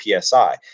psi